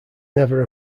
never